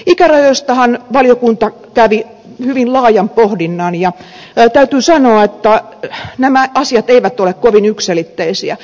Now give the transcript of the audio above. ikärajoistahan valiokunta kävi hyvin laajan pohdinnan ja täytyy sanoa että nämä asiat eivät ole kovin yksiselitteisiä